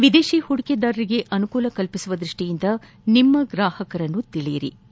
ವಿದೇಶಿ ಹೂಡಿಕೆದಾರರಿಗೆ ಅನುಕೂಲ ಕಲ್ಪಿಸುವ ದೃಷ್ಷಿಯಿಂದ ನಿಮ್ಮ ಗ್ರಾಹಕರನ್ನು ತಿಳಿಯಿರಿ ಕೆ